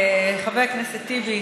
חבר הכנסת טיבי,